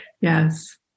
Yes